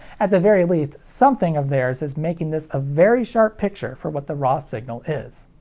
at the very least, something of theirs is making this a very sharp picture for what the raw signal is.